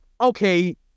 okay